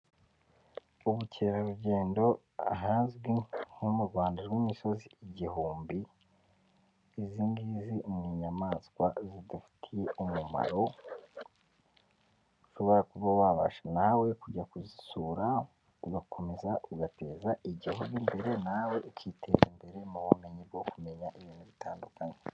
Ubukerarugendo ahazwi nko mu Rwanda rw'imisozi igihumbi, izi ngizi ni inyamaswa zidufitiye umumaro, ushobora kuba wabasha nawe kujya kuzisura ugakomeza ugateza igihugu imbere, nawe ukiteza imbere mu bumenyi bwo kumenya ibintu bitandukanye.